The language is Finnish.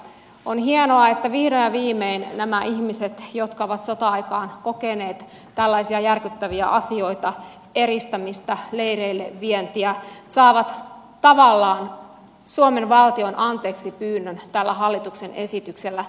on hienoa että vihdoin ja viimein nämä ihmiset jotka ovat sota aikaan kokeneet tällaisia järkyttäviä asioita eristämistä leireille vientiä saavat tavallaan suomen valtion anteeksipyynnön tällä hallituksen esityksellä